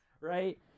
Right